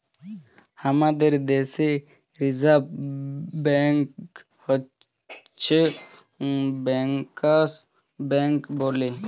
হামাদের দ্যাশে reserve bank হচ্ছ ব্যাংকার্স ব্যাঙ্ক বলে